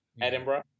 Edinburgh